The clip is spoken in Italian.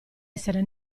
essere